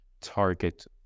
target